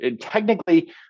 technically